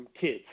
kids